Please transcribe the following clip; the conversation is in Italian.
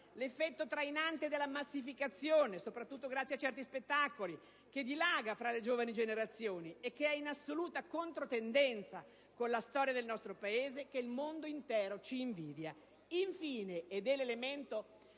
l'effetto trainante della massificazione (soprattutto grazie a certi spettacoli) che dilaga fra le giovani generazioni e che è in assoluta controtendenza con la storia del nostro Paese che il mondo intero ci invidia. Infine, ed è l'elemento